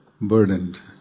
burdened